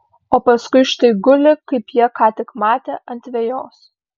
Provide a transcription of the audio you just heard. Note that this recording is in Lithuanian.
o paskui štai guli kaip jie ką tik matė ant vejos